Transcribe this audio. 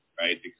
right